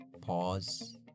Pause